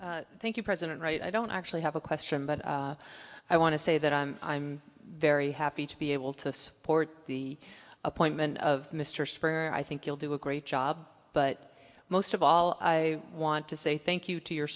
cancer thank you president right i don't actually have a question but i want to say that i'm i'm very happy to be able to support the appointment of mr sparrow i think you'll do a great job but most of all i want to say thank you to your